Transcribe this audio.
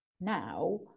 now